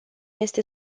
este